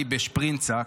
בשפרינצק,